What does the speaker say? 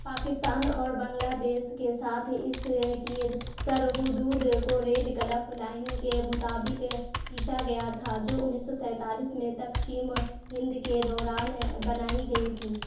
پاکستان اور بنگلہ دیش کے ساتھ اس کی سرحدود کو ریڈکلف لائن کے مطابق کھینچا گیا تھا جو انیس سو سینتالیس میں تقشیم ہند کے دوران بنائی گئی تھی